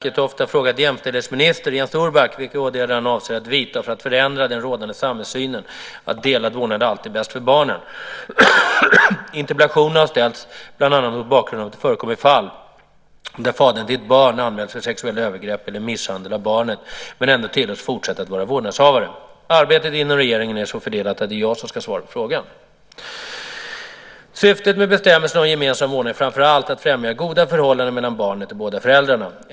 Fru talman! Tina Acketoft har frågat jämställdhetsminister Jens Orback vilka åtgärder han avser att vidta för att förändra den rådande samhällssynen att delad vårdnad alltid är bäst för barnen. Interpellationen har ställts bland annat mot bakgrund av att det förekommer fall där fadern till ett barn anmäls för sexuella övergrepp eller misshandel av barnet men ändå tillåts fortsätta att vara vårdnadshavare. Arbetet inom regeringen är så fördelat att det är jag som ska svara på frågan. Syftet med bestämmelserna om gemensam vårdnad är framför allt att främja goda förhållanden mellan barnet och båda föräldrarna.